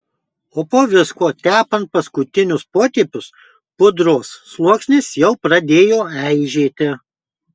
o po visko tepant paskutinius potėpius pudros sluoksnis jau pradėjo eižėti